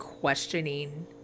Questioning